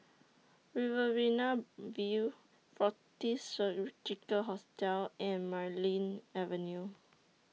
Riverina View Fortis Surgical Hospital and Marlene Avenue